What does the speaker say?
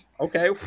Okay